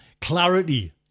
clarity